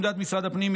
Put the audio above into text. עמדת משרד הפנים,